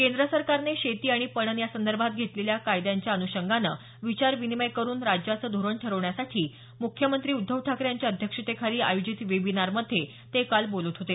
केंद्र सरकारने शेती आणि पणन यासंदर्भात केलेल्या कायद्यांच्या अन्षंगानं विचार विनिमय करून राज्याचं धोरण ठरवण्यासाठी मुख्यमंत्री उद्धव ठाकरे यांच्या अध्यक्षतेखाली आयोजित वेबिनारमध्ये ते काल बोलत होते